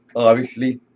obviously,